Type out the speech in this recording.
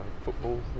football